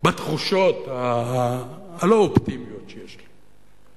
בתחושות הלא-אופטימיות שיש לי.